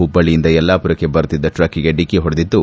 ಹುಬ್ಬಳ್ಳಿಯಿಂದ ಯಲ್ಲಾಪುರಕ್ಕೆ ಬರುತ್ತಿದ್ದ ಟ್ರಕ್ಕೆಗೆ ಡಿಕ್ಕ ಹೊಡೆದಿದ್ದು